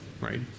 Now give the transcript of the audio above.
right